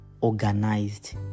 organized